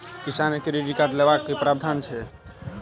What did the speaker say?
किसान credit card लेबाक की प्रावधान छै?